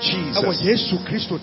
Jesus